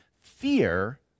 fear